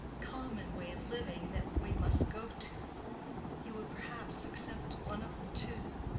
common way of living that we must go to you would perhaps accept one of the two.